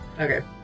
Okay